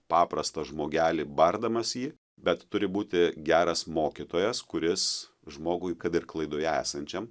paprastą žmogelį bardamas jį bet turi būti geras mokytojas kuris žmogui kad ir klaidoje esančiam